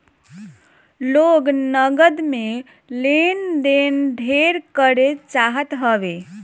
लोग नगद में लेन देन ढेर करे चाहत हवे